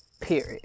period